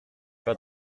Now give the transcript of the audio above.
pas